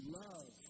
love